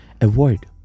Avoid